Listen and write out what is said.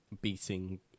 Beating